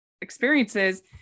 experiences